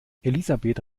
elisabeth